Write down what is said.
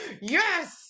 Yes